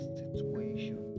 situation